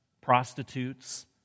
prostitutes